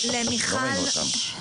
אותם.